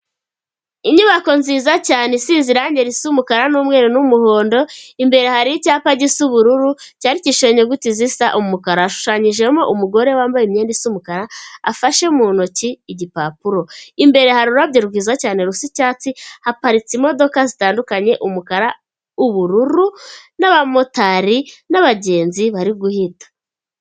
Inyubako nziza cyane isize irangi risa umukara n'umweru n'umuhondo, imbere hari icyapa gisa ubururu cyandikishije inyuguti zisa umukara, hashushanyijemo umugore wambaye imyenda isa umukara afashe mu ntoki igipapuro, imbere hari ururabyo rwiza cyane rusa icyatsi, haparitse imodoka zitandukanye umukara, ubururu n'abamotari n'abagenzi bari guhita.